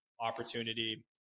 opportunity